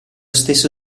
stesso